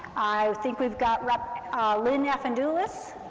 i think we've got rep lynn yeah afendoulis,